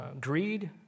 greed